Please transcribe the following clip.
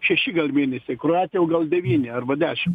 šeši mėnesiai kroatijoj jau gal devyni arba dešim